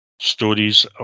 stories